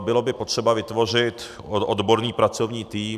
Bylo by potřeba vytvořit odborný pracovní tým.